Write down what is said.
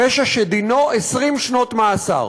פשע שדינו 20 שנות מאסר.